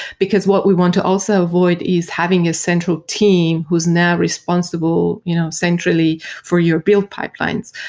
because what we want to also avoid is having a central team who's now responsible you know centrally for your build pipelines.